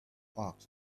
asked